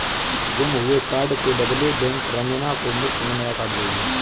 गुम हुए कार्ड के बदले बैंक रंजना को मुफ्त में नया कार्ड देगी